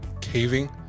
caving